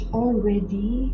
already